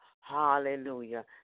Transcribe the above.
Hallelujah